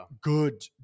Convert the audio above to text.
good